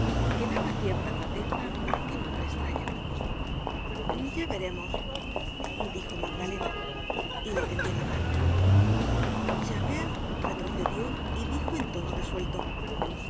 daba cierta grandeza á aquel hombre estraño ya veremos dijo magdalena y le tendió la mano javert retrocedió y dijo en tono resuelto